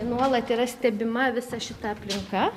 nuolat yra stebima visa šita aplinka